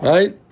Right